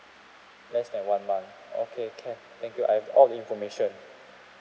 less than one month okay can thank you I have all the information